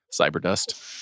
Cyberdust